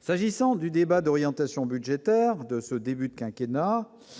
S'agissant du débat d'orientation budgétaire de ce début de quinquennat